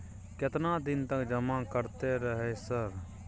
केतना दिन तक जमा करते रहे सर?